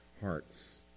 hearts